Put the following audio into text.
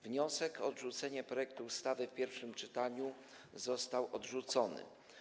Wniosek o odrzucenie projektu ustawy w pierwszym czytaniu został odrzucony.